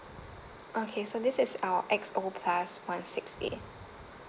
okay so this is our X_O plus one six eight